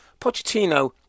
Pochettino